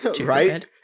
Right